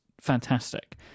fantastic